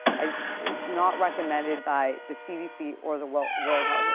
i mean not recommended by the cdc or the world world health i mean